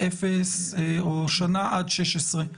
אם בשבוע הבא אין לנו מודל חדש אז ממשיכים להשתמש באותם פרמטרים,